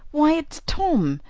why, it's tom!